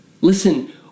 Listen